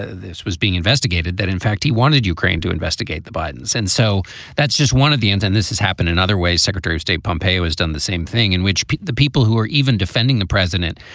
this was being investigated, that, in fact, he wanted ukraine to investigate the bidens. and so that's just one of the ends. and this has happened in other ways. secretary of state pompei, who has done the same thing, in which the people who are even defending the president.